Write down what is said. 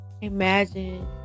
imagine